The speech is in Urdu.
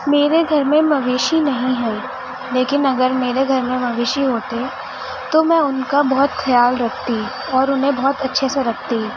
میرے گھر میں مویشی نہیں ہیں لیکن اگر میرے گھر میں مویشی ہوتے تو میں ان کا بہت خیال رکھتی اور انہیں بہت اچھے سے رکھتی